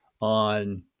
on –